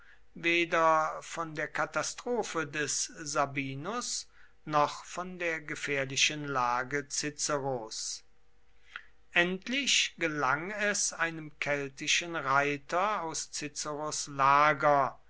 weder von der katastrophe des sabinus noch von der gefährlichen lage ciceros endlich gelang es einem keltischen reiter aus ciceros lager